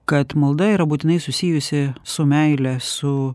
kad malda yra būtinai susijusi su meile su